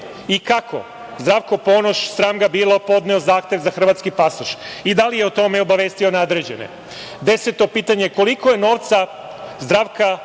i kako Zdravko Ponoš, sram ga bilo, podneo zahtev za hrvatski pasoš i da li je o tome obavestio nadređene? Deseto pitanje – Koliko je novca, Zdravka,